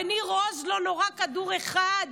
בניר עוז לא נורה כדור אחד.